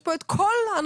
יש פה את כל הנושאים,